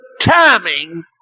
timing